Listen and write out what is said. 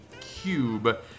cube